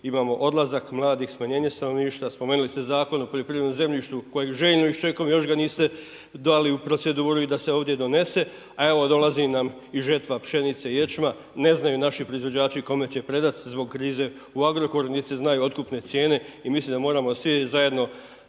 imamo odlazak mladih, smanjenje stanovništva. Spomenuli ste Zakon o poljoprivrednom zemljištu kojeg željno iščekujem. Još ga niste dali u proceduru i da se ovdje donese, a evo dolazi nam i žetva pšenice i ječma. Ne znaju naši proizvođači kome će predati zbog krize u Agrokoru niti se znaju otkupne cijene. I mislim da moramo svi zajedno